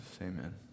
Amen